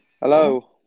Hello